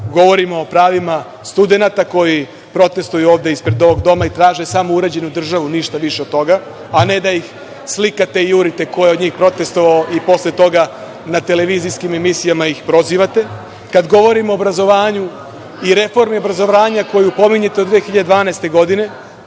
govorimo o pravima studenata, koji protestvuju ovde ispred ovog Doma i traže samo uređenu državu, ništa više od toga, a ne da ih slikate i jurite ko je od njih protestvovao i posle toga na televizijskim emisijama ih prozivate. Kada govorim o obrazovanju i reformi obrazovanja, koju pominjete od 2012. godine,